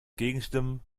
gegenstimmen